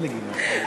עוד לגימה.